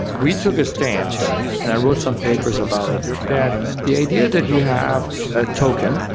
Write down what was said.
we took a stance and i wrote some papers about it that the idea that you have a token,